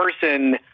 person